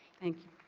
thank you.